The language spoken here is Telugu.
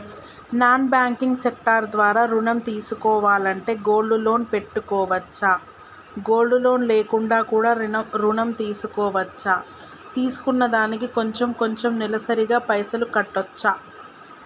నాన్ బ్యాంకింగ్ సెక్టార్ లో ఋణం తీసుకోవాలంటే గోల్డ్ లోన్ పెట్టుకోవచ్చా? గోల్డ్ లోన్ లేకుండా కూడా ఋణం తీసుకోవచ్చా? తీసుకున్న దానికి కొంచెం కొంచెం నెలసరి గా పైసలు కట్టొచ్చా?